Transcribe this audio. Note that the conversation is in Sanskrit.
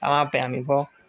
समापयामि भोः